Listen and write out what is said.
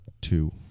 two